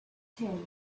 him